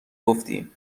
گفتی